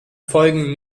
folgen